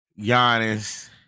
Giannis